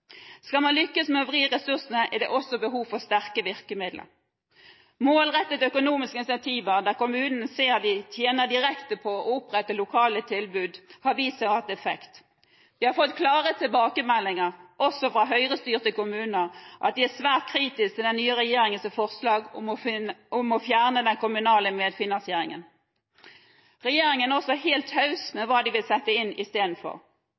Skal man lykkes med å vri ressursene, er det også behov for sterke virkemidler. Målrettede økonomiske incentiver, der kommunene ser at de tjener direkte på å opprette lokale tilbud, har vist seg å ha effekt. Vi har fått klare tilbakemeldinger, også fra høyrestyrte kommuner, på at de er svært kritiske til den nye regjeringens forslag om å fjerne den kommunale medfinansieringen. Regjeringen er også helt taus med hensyn til hva de vil sette inn